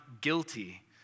guilty